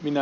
minä